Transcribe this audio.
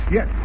Yes